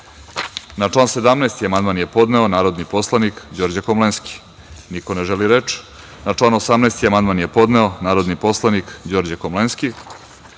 član 17. amandman je podneo narodni poslanik Đorđe Komlenski. Niko ne želi reč. Na član 18. amandman je podneo narodni poslanik Đorđe Komlenski. Na